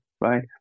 right